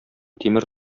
тимер